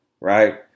right